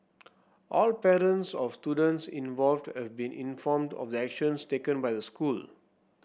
all parents of students involved have been informed of the actions taken by the school